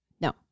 No